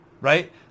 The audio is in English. right